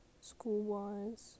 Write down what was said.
school-wise